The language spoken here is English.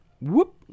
whoop